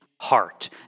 heart